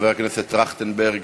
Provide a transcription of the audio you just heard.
חבר הכנסת טרכטנברג,